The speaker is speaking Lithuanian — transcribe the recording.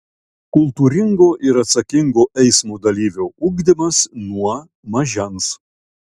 kultūringo ir atsakingo eismo dalyvio ugdymas nuo mažens